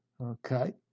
okay